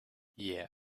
yeah